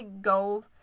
go